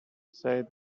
said